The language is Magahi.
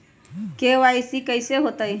के.वाई.सी कैसे होतई?